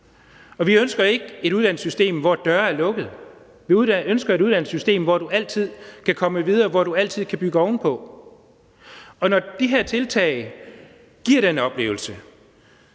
Vi ønsker ikke et uddannelsessystem, hvor døre er lukkede; vi ønsker et uddannelsessystem, hvor du altid kan komme videre, hvor du altid kan bygge ovenpå. Når de her tiltag giver den oplevelse,